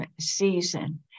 season